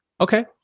Okay